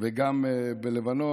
וגם בלבנון.